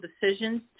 decisions